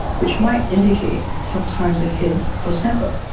which might indicate tough times ahead for snapper.